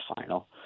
final